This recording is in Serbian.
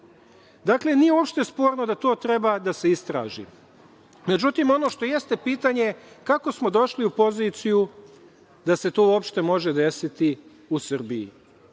nije uopšte sporno da to treba da se istraži. Međutim, ono što jeste pitanje kako smo došli u poziciju da se to uopšte može desiti u Srbiji?